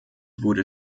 wurde